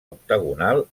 octagonal